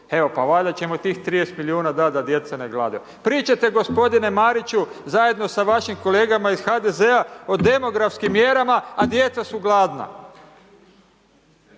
evo pa valjda ćemo i tih 30 milijuna dat da djeca ne gladuju. Pričate gospodine Mariću zajedno sa vašim kolegama iz HDZ-a o demografskim mjerama, a djeca su gladna.